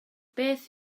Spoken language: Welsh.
beth